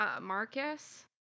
Marcus